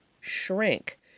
shrink